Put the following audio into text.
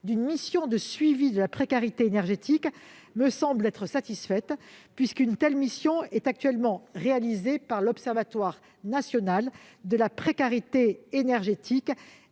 d'une mission de suivi de la précarité énergétique me semble être satisfaite, puisqu'une telle mission est actuellement menée par l'Observatoire national de la précarité énergétique